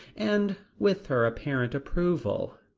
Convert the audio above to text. and with her apparent approval.